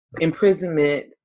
imprisonment